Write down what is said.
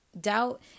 doubt